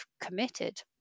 committed